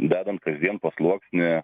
dedant kasdien po sluoksnį